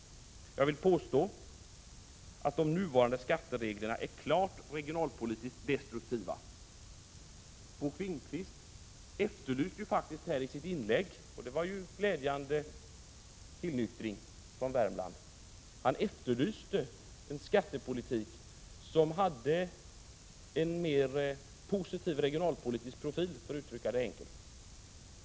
Jag vill påstå att de nuvarande skattereglerna är klart regionalpolitiskt destruktiva. Bo Finnkvist från Värmland efterlyste faktiskt i sitt inlägg, och det var ju en glädjande tillnyktring, en skattepolitik som hade en mer positiv regionalpolitisk profil, för att uttrycka det enkelt.